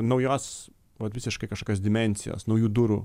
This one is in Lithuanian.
naujos vat visiškai kažkokios dimensijos naujų durų